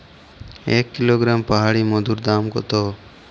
এক কিলোগ্রাম পাহাড়ী মধুর দাম কত?